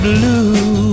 Blue